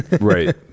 Right